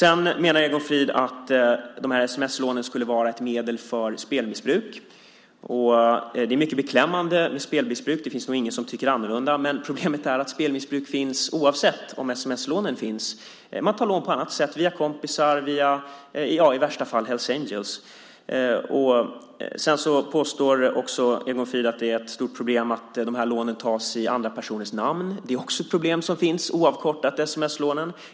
Egon Frid menar att sms-lånen skulle vara ett medel för spelmissbruk. Det är mycket beklämmande med spelmissbruk. Det finns nog ingen som tycker annorlunda. Problemet är att spelmissbruk finns oavsett om sms-lånen finns. Man tar lån på annat sätt via kompisar eller i värsta fall Hells Angels. Egon Frid påstår också att det är ett stort problem att lånen tas i andra personers namn. Det är också ett problem som finns oavsett sms-lånen.